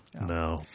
no